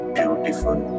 beautiful